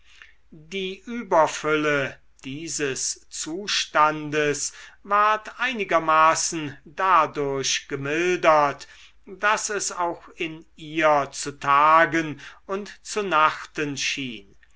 die überfülle dieses zustandes ward einigermaßen dadurch gemildert daß es auch in ihr zu tagen und zu nachten schien